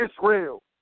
Israel